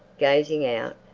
gazing out,